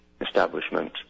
establishment